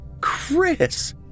Chris